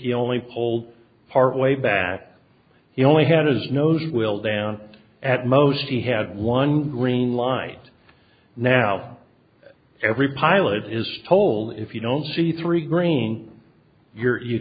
it only pulled part way back he only had his nose wheel down at most he had one green light now every pilot is told if you don't see three green your you